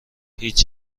هیچ